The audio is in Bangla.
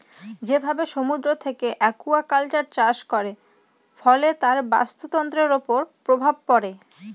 যেভাবে সমুদ্র থেকে একুয়াকালচার চাষ করে, ফলে তার বাস্তুতন্ত্রের উপর প্রভাব পড়ে